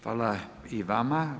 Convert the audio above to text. Hvala i vama.